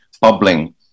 bubbling